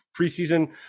preseason